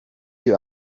you